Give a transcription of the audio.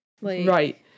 Right